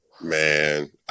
Man